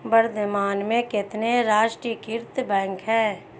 वर्तमान में कितने राष्ट्रीयकृत बैंक है?